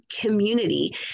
community